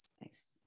Nice